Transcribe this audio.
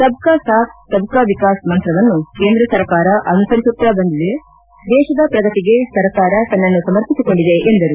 ಸಬ್ ಕಾ ಸಾಥ್ ಸಬ್ ಕಾ ವಿಕಾಸ್ ಮಂತ್ರವನ್ನು ಕೇಂದ್ರ ಸರ್ಕಾರ ಅನುಸರಿಸುತ್ತಾ ಬಂದಿದೆ ದೇಶದ ಪ್ರಗತಿಗೆ ಸರ್ಕಾರ ತನ್ನನ್ನು ಸಮರ್ಪಿಸಿಕೊಂಡಿದೆ ಎಂದರು